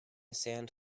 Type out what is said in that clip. sand